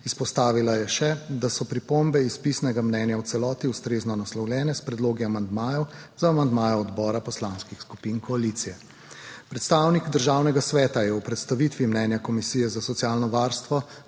Izpostavila je še, da so pripombe iz pisnega mnenja v celoti ustrezno naslovljene s predlogi amandmajev za amandmaje odbora poslanskih skupin koalicije. Predstavnik Državnega sveta je v predstavitvi mnenja Komisije za socialno varstvo,